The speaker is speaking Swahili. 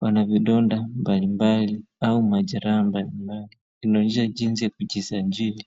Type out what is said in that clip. wanavidonda mbalimbali au majeraha mbalimbali, inaonyesha jinsi ya kujisajili.